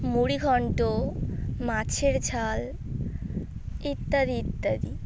মুড়িঘণ্ট মাছের ঝাল ইত্যাদি ইত্যাদি